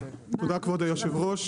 תודה, כבוד היו"ר.